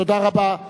תודה רבה.